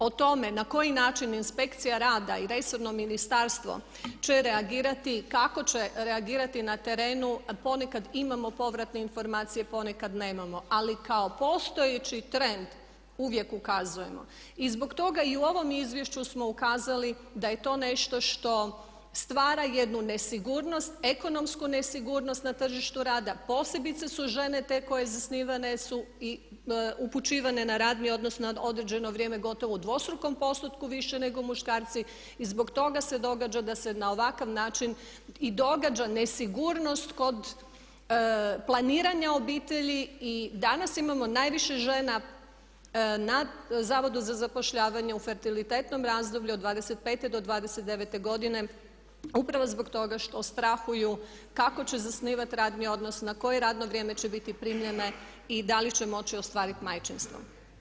O tome na koji način inspekcija rada i resorno ministarstvo će reagirati i kako će reagirati na terenu, ponekad imamo povratne informacije ponekad nemamo ali kao postojeći trend uvijek ukazujemo i zbog toga i u ovom izvješću smo ukazali da je to nešto što stvara jednu nesigurnost, ekonomsku nesigurnost na tržištu rada, posebice su žene te koje su zasnivane su i upućivane na radni odnos na određeno vrijeme gotovo u dvostrukom postotku više nego muškarci i zbog toga se događa da se na ovakav način i događa nesigurnost kod planiranja obitelji i danas imamo najviše žena na zavodu za zapošljavanje u fertilitetnom razdoblju od 25-29 godine upravo zbog toga što strahuju kako će zasnivati radni odnos, na koje radno vrijeme će biti primljene i da li će moći ostvariti majčinstvo.